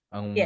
Ang